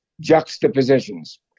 juxtapositions